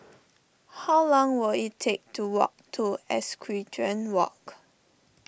how long will it take to walk to Equestrian Walk